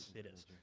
it is.